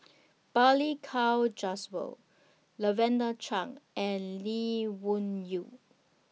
Balli Kaur Jaswal Lavender Chang and Lee Wung Yew